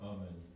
Amen